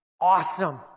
awesome